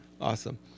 awesome